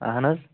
اَہن حظ